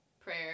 prayer